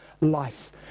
life